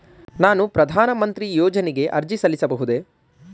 ನಾನು ಪ್ರಧಾನ ಮಂತ್ರಿ ಯೋಜನೆಗೆ ಅರ್ಜಿ ಸಲ್ಲಿಸಬಹುದೇ?